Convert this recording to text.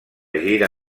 gira